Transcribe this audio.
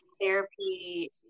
therapy